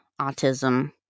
autism